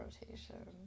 rotation